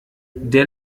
der